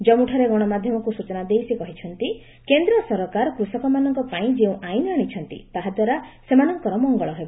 ଜାଞ୍ଗୁଠାରେ ଗଣମାଧ୍ୟମକୁ ସୂଚନା ଦେଇ ସେ କହିଛନ୍ତି କେନ୍ଦ୍ର ସରକାର କୃଷକମାନଙ୍କ ପାଇଁ ଯେଉଁ ଆଇନ ଆଣିଛନ୍ତି ତାହା ଦ୍ୱାରା ସେମାନଙ୍କର ମଙ୍ଗଳ ହେବ